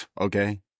okay